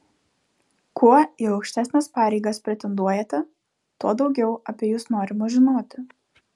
kuo į aukštesnes pareigas pretenduojate tuo daugiau apie jus norima žinoti